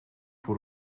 voor